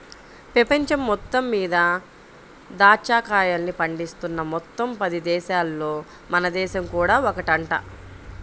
పెపంచం మొత్తం మీద దాచ్చా కాయల్ని పండిస్తున్న మొత్తం పది దేశాలల్లో మన దేశం కూడా ఒకటంట